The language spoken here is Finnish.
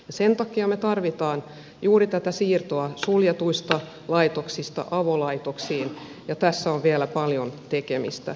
sen takia me tarvitsemme juuri tätä siirtoa suljetuista laitoksista avolaitoksiin ja tässä on vielä paljon tekemistä